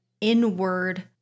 inward